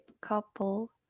couple